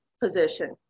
position